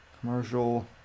commercial